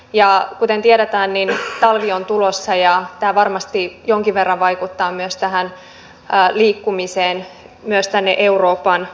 ja kuten tiedetään talvi on tulossa ja tämä varmasti jonkin verran vaikuttaa myös liikkumiseen myös tänne euroopan suuntaan